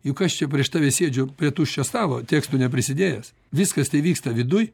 juk aš čia prieš tave sėdžiu prie tuščio stalo tekstų neprisidėjęs viskas tai vyksta viduj